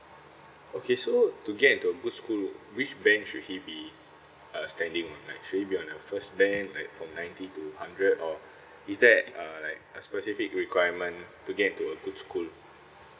okay so to get into a good school which band should he be uh standing on like should he be on a first band like from ninety to hundred or is there err like a specific requirement to get into a good school